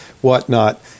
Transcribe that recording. whatnot